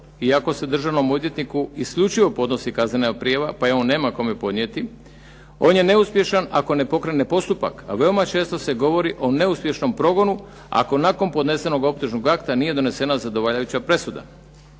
iako se državnom odvjetniku isključivo podnosi kaznena prijava, pa je on nema kome podnijeti. On je neuspješan ako ne pokrene postupak, a veoma često se govori o neuspješnom progonu, ako nakon podnesenog optužnog akta nije donesena zadovoljavajuća presuda.